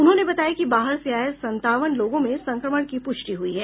उन्होंने बताया कि बाहर से आये सत्तावन लोगों में संक्रमण की पुष्टि हुई है